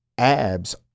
Abs